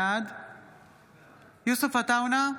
בעד יוסף עטאונה,